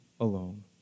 alone